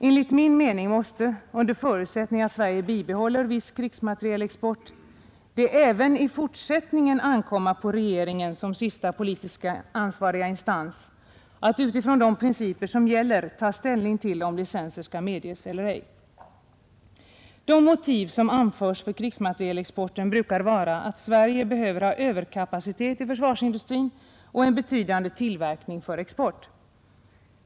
Enligt min mening måste — under förutsättning att Sverige bibehåller viss krigsmaterielexport — det även i fortsättningen ankomma på regeringen som sista politiskt ansvariga instans att utifrån de principer som gäller ta ställning till om licenser skall medges eller ej. De motiv som anförs för krigsmaterielexport brukar vara att Sverige behöver ha överkapacitet i försvarsindustrin och en betydande tillverkning för export.